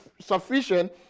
sufficient